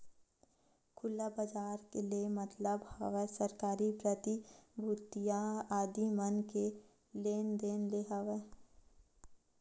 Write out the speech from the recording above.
खुला बजार ले मतलब हवय सरकारी प्रतिभूतिया आदि मन के लेन देन ले हवय